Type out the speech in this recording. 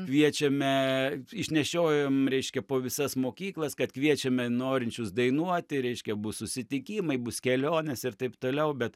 kviečiame išnešiojom reiškia po visas mokyklas kad kviečiame norinčius dainuoti reiškia bus susitikimai bus kelionės ir taip toliau bet